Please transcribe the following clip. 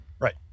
Right